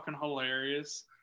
hilarious